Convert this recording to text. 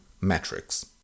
metrics